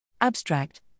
Abstract